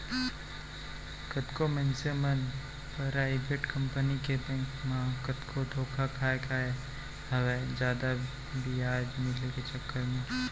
कतको मनसे मन पराइबेट कंपनी के बेंक मन म कतको धोखा खाय खाय हवय जादा बियाज मिले के चक्कर म